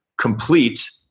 complete